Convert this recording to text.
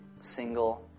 single